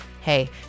Hey